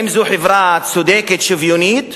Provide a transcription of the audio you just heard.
האם זו חברה צודקת, שוויונית,